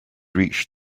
reach